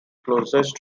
closest